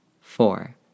Four